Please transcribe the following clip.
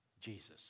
Jesus